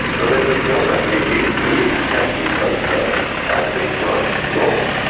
but then there is beyond that, if you accepted both those as being right in law,